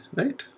right